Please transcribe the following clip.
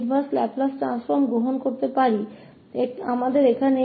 inverse Laplace को दोनों ओर से रूपांतरित करना